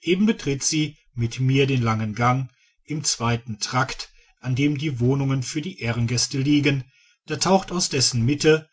eben betritt sie mit mir den langen gang im zweiten trakt an dem die wohnungen für die ehrengäste liegen da taucht aus dessen mitte